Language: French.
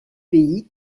pays